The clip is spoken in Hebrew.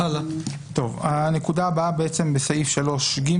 הנקודה הבאה, בסעיף 3ג,